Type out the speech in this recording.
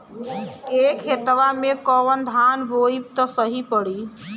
ए खेतवा मे कवन धान बोइब त सही पड़ी?